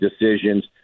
decisions